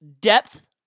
depth